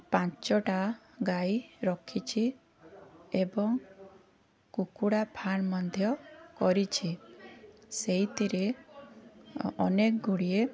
ପାଞ୍ଚଟା ଗାଈ ରଖିଛି ଏବଂ କୁକୁଡ଼ା ଫାର୍ମ ମଧ୍ୟ କରିଛି ସେଇଥିରେ ଅନେକ ଗୁଡ଼ିଏ